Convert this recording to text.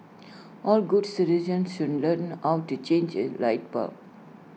all good citizens should learn how to change A light bulb